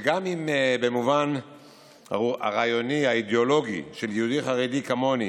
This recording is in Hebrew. וגם אם במובן הרעיוני-האידיאולוגי של יהודי חרדי כמוני